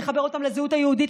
לחבר אותם לזהות היהודית,